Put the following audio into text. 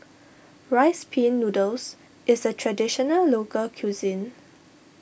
Rice Pin Noodles is a Traditional Local Cuisine